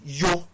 yo